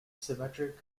symmetric